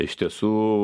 iš tiesų